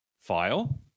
file